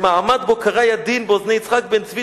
במעמד שבו קרא ידין באוזני יצחק בן-צבי,